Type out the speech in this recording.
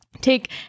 take